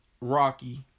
rocky